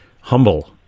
humble